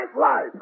life